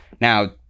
Now